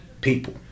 people